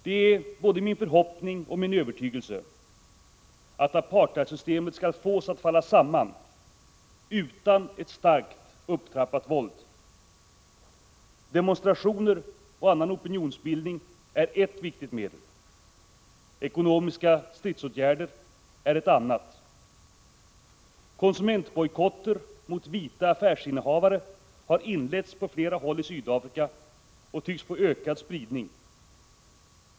Det är både min förhoppning och min övertygelse att apartheidsystemet skall fås att falla samman utan ett starkt upptrappat våld. Demonstrationer och annan opinionsbildning är ett viktigt medel. Ekonomiska stridsåtgärder är ett annat. Konsumentbojkotter mot vita affärsinnehavare har inletts på flera håll i Sydafrika och tycks få ökad spridning.